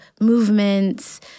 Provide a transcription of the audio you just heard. movements